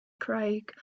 craig